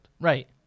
Right